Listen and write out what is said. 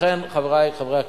לכן, חברי חברי הכנסת,